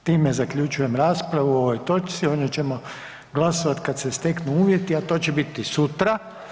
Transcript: S time zaključujem raspravu o ovoj točci, o njoj ćemo glasovati kada se steknu uvjeti, a to će biti sutra.